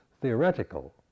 theoretical